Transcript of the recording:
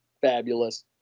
fabulous